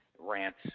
rants